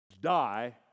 die